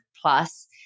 Plus